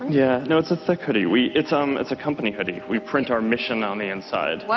yeah. no, it's a thick hoodie. we. it's, um, it's a company hoodie. we print our mission on the inside.